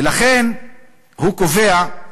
ולכן הוא קובע,